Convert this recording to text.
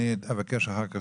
אני אבקש אחר כך